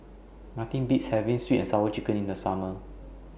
Nothing Beats having Sweet and Sour Chicken in The Summer